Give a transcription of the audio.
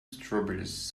strawberries